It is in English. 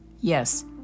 Yes